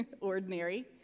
ordinary